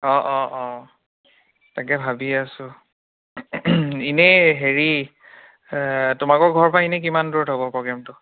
অঁ অঁ অঁ তাকে ভাবি আছোঁ এনে হেৰি তোমালোকৰ ঘৰৰ পৰা এনে কিমান দূৰত হ'ব প্ৰগ্ৰেমটো